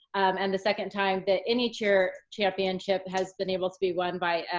and the second time that any cheer championship has been able to be won by